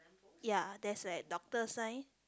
ya there's like doctor sign